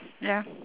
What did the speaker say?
ya